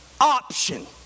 option